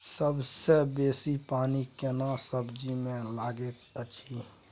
सबसे बेसी पानी केना सब्जी मे लागैत अछि?